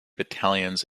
battalions